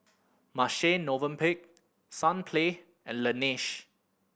Marche Movenpick Sunplay and Laneige